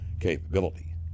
capability